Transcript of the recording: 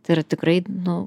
tai yra tikrai nu